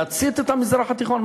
להצית את המזרח התיכון?